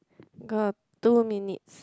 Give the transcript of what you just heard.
god two minutes